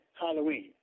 Halloween